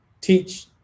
teach